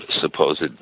supposed